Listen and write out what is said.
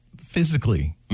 physically